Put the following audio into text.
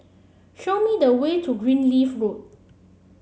show me the way to Greenleaf Road